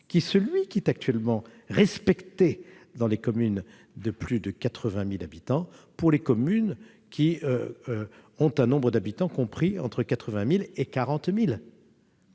celui-là même qui est actuellement respecté dans les communes de plus de 80 000 habitants -pour les communes dont le nombre d'habitants est compris entre 40 000 et 80 000.